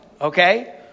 okay